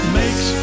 makes